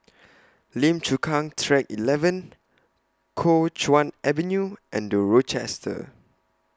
Lim Chu Kang Track eleven Kuo Chuan Avenue and The Rochester